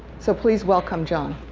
so please welcome john.